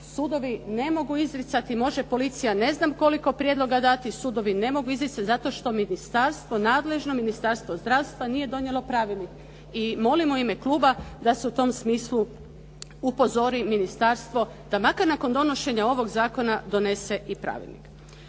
Sudovi ne mogu izricati, može policija ne znam koliko prijedloga dati, sudovi ne mogu izricati zato što ministarstvo, nadležno Ministarstvo zdravstva nije donijelo pravilnik. I molim u ime kluba da se u tom smislu upozori ministarstvo da makar nakon donošenja ovog zakona donese i pravilnik.